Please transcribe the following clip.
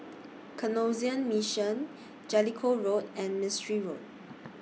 Canossian Mission Jellicoe Road and Mistri Road